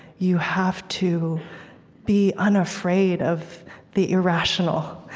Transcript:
you have to be unafraid of the irrational.